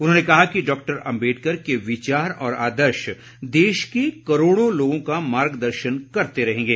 उन्होंने कहा कि डॉक्टर अम्बेडकर के विचार और आदर्श देश के करोड़ों लोगों का मार्गदर्शन करते रहेंगे